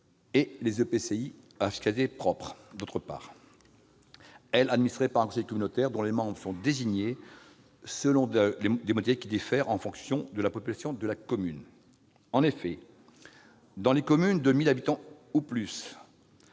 et les EPCI à fiscalité propre, et de l'autre, qui sont administrés par un conseil communautaire dont les membres sont désignés selon des modalités qui diffèrent en fonction de la population de la commune. En effet, dans les communes de 1 000 habitants ou plus,